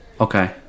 Okay